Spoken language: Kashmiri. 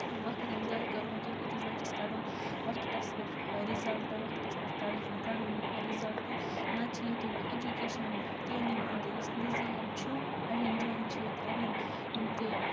وقت نہٕ زایہِ کَرُن کِہیٖنۍ أکِس بَچَس کَڑُن وقتَس پٮ۪ٹھ رِزَلٹہٕ وَقتَس پٮ۪ٹھ کَڑُن رِزَلٹہٕ نَتہٕ چھِ ییٚتیُک ایجوکیشَن تعلیٖم ہُنٛد یُس نِظام چھِ اَڈیٚن جایَن چھِ ییٚتہِ اَڈیٚن یِم تہِ